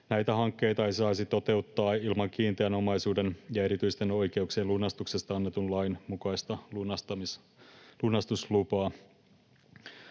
Näitä hankkeita ei saisi toteuttaa ilman kiinteän omaisuuden ja erityisten oikeuksien lunastuksesta annetun lain mukaista lunastuslupaa.